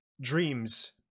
Dreams